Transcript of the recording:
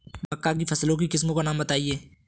मक्का की फसल की किस्मों का नाम बताइये